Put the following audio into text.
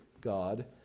God